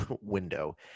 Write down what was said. window